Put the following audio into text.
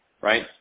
Right